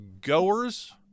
goers